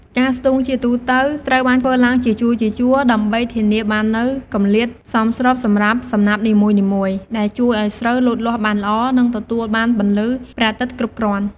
ការស្ទូងជាទូទៅត្រូវបានធ្វើឡើងជាជួរៗ ដើម្បីធានាបាននូវគម្លាតសមស្របសម្រាប់សំណាបនីមួយៗ ដែលជួយឱ្យស្រូវលូតលាស់បានល្អ និងទទួលបានពន្លឺព្រះអាទិត្យគ្រប់គ្រាន់។